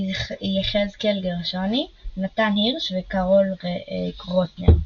יחזקאל גרשוני, נתן הירש וקרול רוטנר.